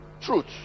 truth